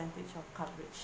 of coverage